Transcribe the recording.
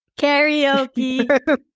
Karaoke